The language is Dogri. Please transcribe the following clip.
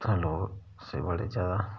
इत्थे लोक ही बड़े ज्यादा